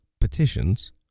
petitions